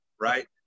right